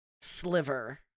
sliver